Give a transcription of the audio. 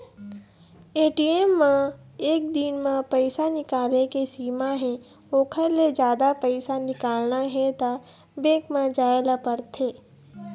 ATM म एक दिन म पइसा निकाले के सीमा हे ओखर ले जादा पइसा निकालना हे त बेंक म जाए ल परथे